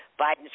Biden's